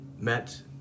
met